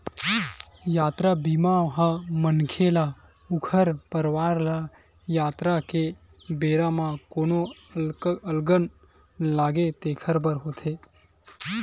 यातरा बीमा ह मनखे ल ऊखर परवार ल यातरा के बेरा म कोनो अलगन आगे तेखर बर होथे